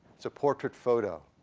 it's a portrait photo.